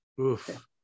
Oof